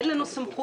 אין לנו סמכות,